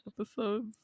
episodes